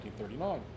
1939